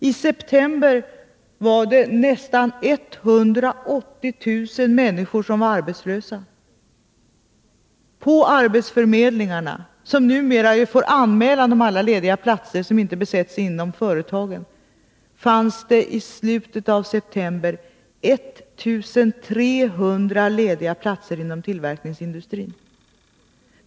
I september var nästan 180 000 människor arbetslösa. På arbetsförmedlingarna, som numera får en anmälan om alla lediga platser som inte besätts inom företagen, fanns det i slutet av september 1 300 lediga platser anmälda inom tillverkningsindustrin.